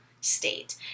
state